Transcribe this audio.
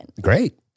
Great